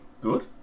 Good